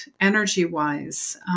energy-wise